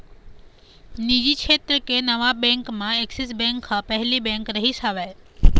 निजी छेत्र के नावा बेंक म ऐक्सिस बेंक ह पहिली बेंक रिहिस हवय